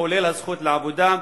כולל הזכות לעבודה,